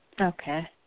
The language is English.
Okay